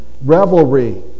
revelry